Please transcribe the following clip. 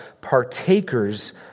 partakers